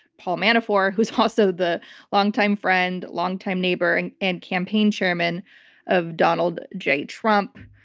paul manafort, who's also the longtime friend, longtime neighbor and and campaign chairman of donald j. trump,